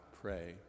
pray